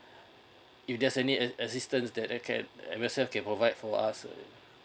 if there's any assistance that I can M_S_F can provide for us uh